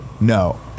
No